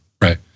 Right